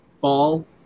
ball